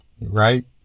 right